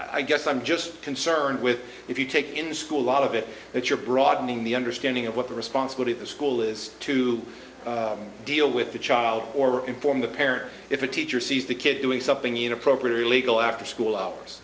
i guess i'm just concerned with if you take in the school lot of it that you're broadening the understanding of what the responsibility of the school is to deal with the child or inform the parent if a teacher sees the kid doing something inappropriate or illegal after school hours